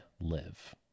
live